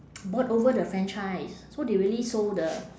bought over the franchise so they really sold the